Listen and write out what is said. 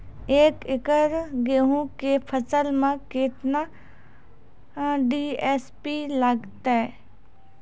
एक एकरऽ गेहूँ के फसल मे केतना डी.ए.पी लगतै?